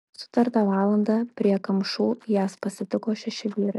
sutartą valandą prie kamšų jas pasitiko šeši vyrai